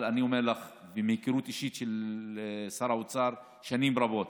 אבל אני אומר לך מהיכרות אישית עם שר האוצר שנים רבות,